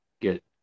get